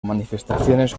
manifestaciones